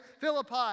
Philippi